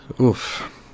Oof